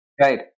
Right